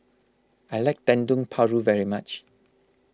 I like Dendeng Paru very much